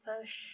push